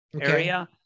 area